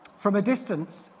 from a distance,